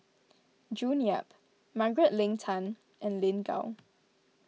June Yap Margaret Leng Tan and Lin Gao